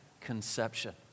conception